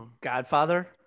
godfather